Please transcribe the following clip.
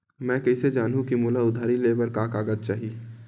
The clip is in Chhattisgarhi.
मैं कइसे जानहुँ कि मोला उधारी ले बर का का कागज चाही?